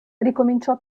ricominciò